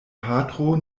patro